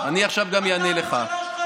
ואפשר לעשות משהו,